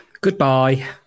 Goodbye